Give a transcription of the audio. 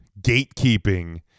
gatekeeping